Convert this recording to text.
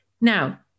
now